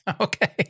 Okay